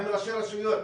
עם ראשי רשויות.